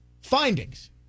findings